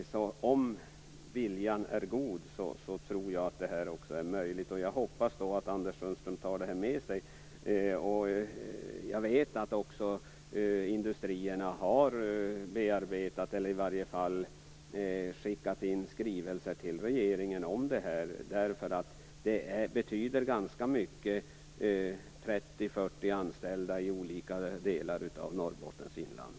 Om viljan är god, så tror jag att det här också är möjligt. Jag hoppas att Anders Sundström tar det här med sig. Jag vet att också industrierna har bearbetat, eller i varje fall skickar in skrivelser till, regeringen om det här. Det här betyder ganska mycket. Det kan handla om 30-40